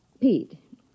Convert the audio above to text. Pete